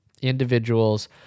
individuals